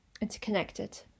Interconnected